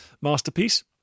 masterpiece